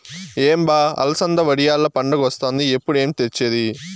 ఏం బా అలసంద వడియాల్ల పండగొస్తాంది ఎప్పుడు తెచ్చేది